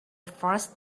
first